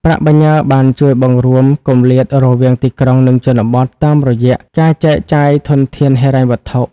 ប្រាក់បញ្ញើបានជួយបង្រួមគម្លាតរវាង "ទីក្រុង និងជនបទ" តាមរយៈការចែកចាយធនធានហិរញ្ញវត្ថុ។